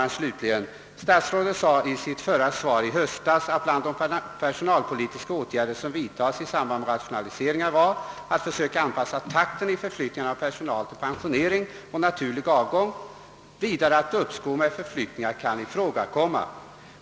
I det svar som statsrådet lämnade vid höstriksdagen framhölls att bland de personalpolitiska åtgärder som vidtagits i samband med rationaliseringar märks sådana som går ut på att försöka anpassa takten i förflyttning av personal till pensionering och naturlig avgång. Vidare framhölls att uppskov med förflyttning kan ifrågakomma.